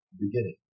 beginning